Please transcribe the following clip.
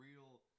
real